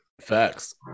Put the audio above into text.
Facts